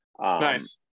Nice